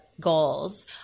goals